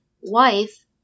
Wife